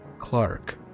Clark